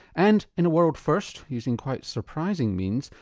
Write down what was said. and in a world first, using quite surprising means,